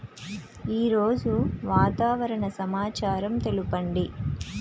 ఈరోజు వాతావరణ సమాచారం తెలుపండి